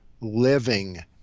Living